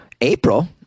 April